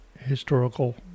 historical